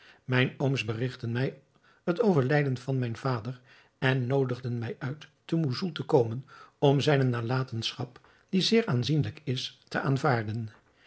mijn ooms berigtten mij het overlijden van mijn vader en noodigden mij uit te moussoul te komen om zijne nalatenschap die zeer aanzienlijk is te aanvaarden